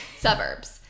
suburbs